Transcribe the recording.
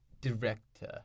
director